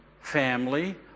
family